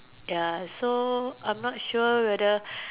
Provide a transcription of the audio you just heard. ya so I'm not sure whether